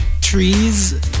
trees